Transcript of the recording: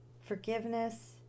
Forgiveness